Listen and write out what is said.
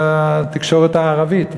בתקשורת הערבית,